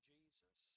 Jesus